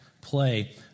play